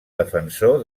defensor